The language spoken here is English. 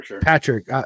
Patrick